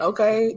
Okay